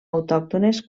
autòctones